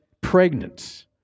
pregnant